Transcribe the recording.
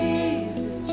Jesus